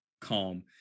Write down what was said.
Calm